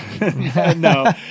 No